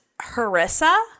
harissa